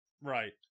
Right